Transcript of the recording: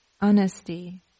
honesty